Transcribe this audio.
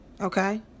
okay